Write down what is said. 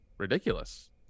ridiculous